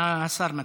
מה השר מציע?